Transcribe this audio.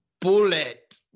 Bullet